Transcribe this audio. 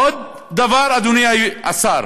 עוד דבר, אדוני השר,